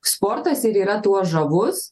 sportas ir yra tuo žavus